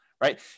right